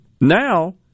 Now